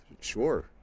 Sure